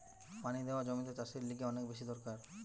পানি দেওয়া জমিতে চাষের লিগে অনেক বেশি দরকার